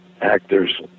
actors